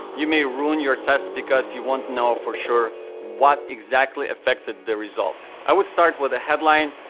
you may ruin your tests because you won't know for sure what exactly affected the result. i would start with a headline,